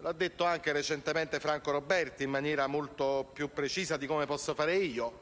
Lo ha detto anche recentemente Franco Roberti, in maniera molto più precisa di come possa fare io: